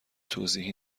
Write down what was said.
توضیحی